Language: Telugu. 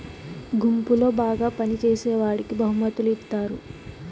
గుంపులో బాగా పని చేసేవాడికి బహుమతులు ఇత్తారు